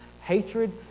Hatred